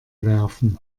werfen